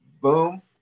Boom